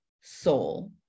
soul